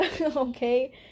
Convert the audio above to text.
okay